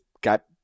got –